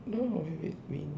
no wait wait wait